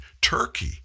Turkey